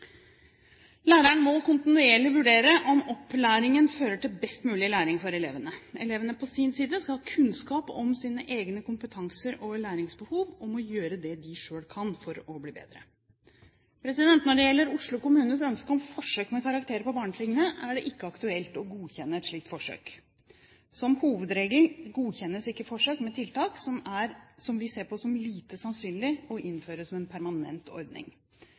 Læreren må kontinuerlig vurdere om opplæringen fører til best mulig læring for elevene. Elevene på sin side skal ha kunnskap om sin egen kompetanse og læringsbehov, og må gjøre det de selv kan for å bli bedre. Når det gjelder Oslo kommunes ønske om forsøk med karakterer på barnetrinnet, er det ikke aktuelt å godkjenne et slikt forsøk. Som hovedregel godkjennes ikke forsøk med tiltak som vi ser på som lite sannsynlig å innføre som en permanent ordning.